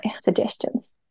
suggestions